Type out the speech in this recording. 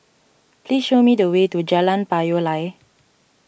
please show me the way to Jalan Payoh Lai